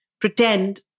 pretend